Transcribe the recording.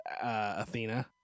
Athena